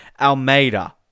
Almeida